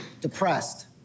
Depressed